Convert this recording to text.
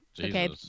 Okay